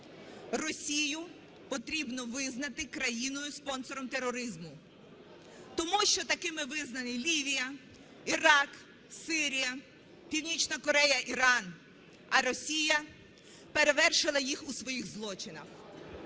Росію потрібно визнати країною - спонсором тероризму, тому що такими визнані Лівія, Ірак, Сирія, Північна Корея, Іран. А Росія перевершила їх у своїх злочинах.